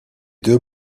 deux